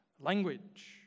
language